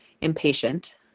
impatient